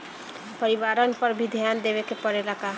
परिवारन पर भी ध्यान देवे के परेला का?